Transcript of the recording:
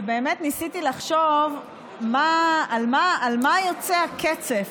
ובאמת ניסיתי לחשוב על מה יוצא הקצף